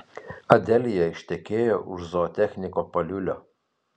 adelija ištekėjo už zootechniko paliulio